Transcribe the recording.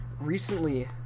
Recently